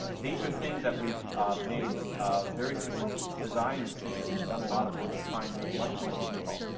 these are things that we've made very specific design decisions and done a lot of work to try and make much more difficult.